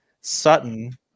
Sutton